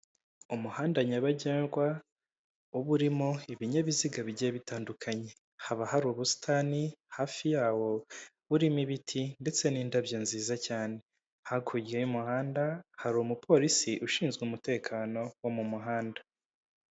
Umuhanda nyabagendwa uba urimo ibinyabiziga bigiye bitandukanye haba hari ubusitani hafi yawo burimo ibiti ndetse n'indabyo nziza cyane hakurya y'umuhanda hari umupolisi ushinzwe umutekano wo mu muhanda.